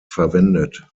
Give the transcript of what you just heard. verwendet